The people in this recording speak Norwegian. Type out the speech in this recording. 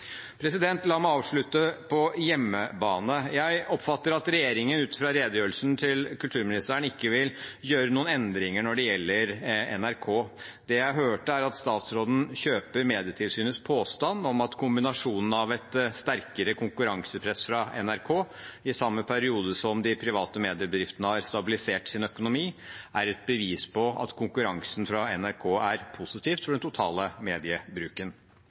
La meg avslutte på hjemmebane. Jeg oppfatter at regjeringen, ut fra redegjørelsen til kulturministeren, ikke vil gjøre noen endringer når det gjelder NRK. Det jeg hørte, er at statsråden kjøper Medietilsynets påstand om at kombinasjonen av et sterkere konkurransepress fra NRK i samme periode som de private mediebedriftene har stabilisert sin økonomi, er et bevis på at konkurransen fra NRK er positiv for den totale mediebruken.